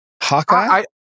Hawkeye